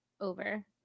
over